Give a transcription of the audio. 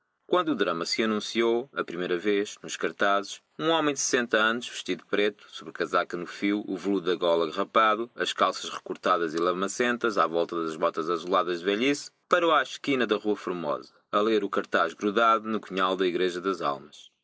quando o drama se annunciou a primeira vez nos cartazes um homem de sessenta annos vestido de preto sobrecasaca no fio o velludo da gola rapado as calças recortadas e lamacentas á volta das botas azuladas de velhice parou á esquina da rua formosa a lêr o cartaz grudado no cunhal da igreja das almas